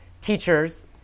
teachers